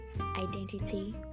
identity